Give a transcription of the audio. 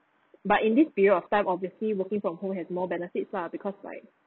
but in this period of time obviously working from home has more benefits lah because like